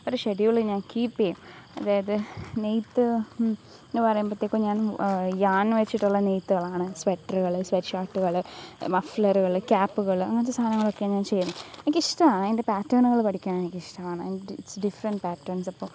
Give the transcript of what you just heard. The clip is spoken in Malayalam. ഒരു ഷെഡ്യൂള് ഞാന് കീപ്പ് ചെയ്യും അതായത് നെയ്ത്ത് എന്ന് പറയുമ്പഴത്തേക്കും ഞാന് യാണ് വെച്ചിട്ടുള്ള നെയ്ത്തുകളാണ് സ്വെറ്ററുകള് സ്വെറ്റ് ഷര്ട്ടുകള് മഫ്ലറുകള് ക്യാപ്പുകള് അങ്ങനത്തെ സാധനങ്ങളൊക്കെയാണ് ഞാന് ചെയ്യുന്നെ എനിക്കിഷ്ടമാണ് അതിന്റെ പാറ്റേണുകള് പഠിക്കാനെനിക്കിഷ്ടാണ് ആന്റിറ്റ്സ് ഡിഫ്രന്റ് പാറ്റേണ്സപ്പോള്